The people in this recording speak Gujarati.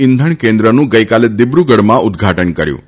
ઇંધણ કેન્દ્રનું ગઇકાલે દિબ્રગઢમાં ઉદ્દઘાટન કર્યું છે